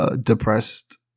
depressed